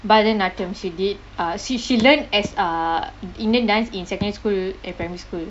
bharathanatyam she did uh she she learned as uh indian dance in secondary school and primary school